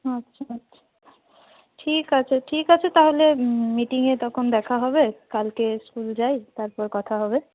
আচ্ছা আচ্ছা ঠিক আছে ঠিক আছে তাহলে মিটিংয়ে তখন দেখা হবে কালকে স্কুল যাই তারপর কথা হবে